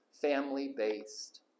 family-based